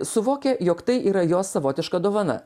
suvokia jog tai yra jos savotiška dovana